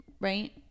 right